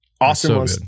awesome